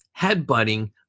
headbutting